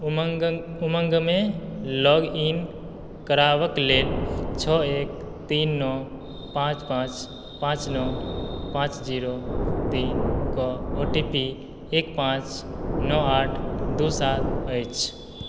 उमङ्गमे log in करबाक लेल छओ एक तीन नओ पाँच पाँच पाँच नओ पाँच जीरो तीन के ओटीपी एक पाँच नओ आठ दू सात अछि